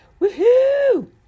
Woohoo